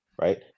right